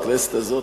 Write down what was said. אבל בכנסת הזאת,